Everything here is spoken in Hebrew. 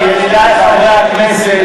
ידידי חברי הכנסת,